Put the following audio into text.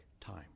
time